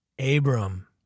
Abram